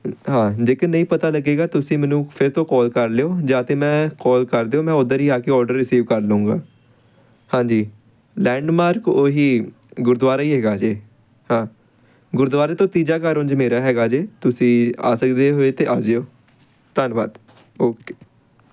ਹਾਂ ਜੇਕਰ ਨਹੀਂ ਪਤਾ ਲੱਗੇਗਾ ਤੁਸੀਂ ਮੈਨੂੰ ਫਿਰ ਤੋਂ ਕੋਲ ਕਰ ਲਿਓ ਜਾਂ ਤਾਂ ਮੈਂ ਕੋਲ ਕਰ ਦਿਓ ਮੈਂ ਉੱਧਰ ਹੀ ਆ ਕੇ ਔਡਰ ਰਸੀਵ ਕਰ ਲੂੰਗਾ ਹਾਂਜੀ ਲੈਂਡਮਾਰਕ ਓਹੀ ਗੁਰਦੁਆਰਾ ਹੀ ਹੈਗਾ ਜੇ ਹਾਂ ਗੁਰਦੁਆਰੇ ਤੋਂ ਤੀਜਾ ਘਰ ਉਂਝ ਮੇਰਾ ਹੈਗਾ ਜੇ ਤੁਸੀਂ ਆ ਸਕਦੇ ਹੋਏ ਤਾਂ ਆ ਜਿਓ ਧੰਨਵਾਦ ਓਕੇ